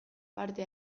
parte